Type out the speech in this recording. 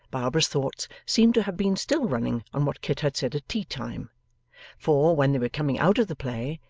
barbara's thoughts seemed to have been still running on what kit had said at tea-time for, when they were coming out of the play,